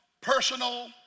personal